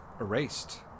Erased